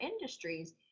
industries